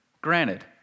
Granted